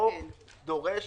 החוק דורש